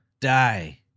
die